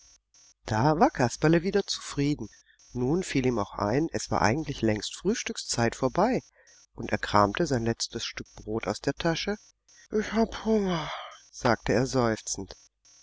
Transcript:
da war kasperle wieder zufrieden nun fiel ihm auch ein es war eigentlich längst frühstückzeit vorbei und er kramte sein letztes stück brot aus der tasche ich hab hunger sagte er seufzend